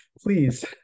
please